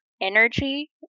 energy